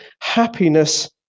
happiness